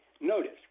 notice